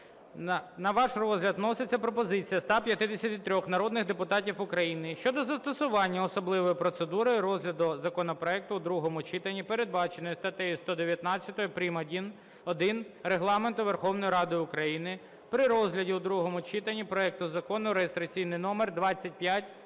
на ваш розгляд вноситься пропозиція 153 народних депутатів України щодо застосування особливої процедури розгляду законопроектів у другому читанні, передбаченої статтею 119-1 Регламенту Верховної Ради України, при розгляді у другому читанні проекту Закону (реєстраційний номер 2571-д)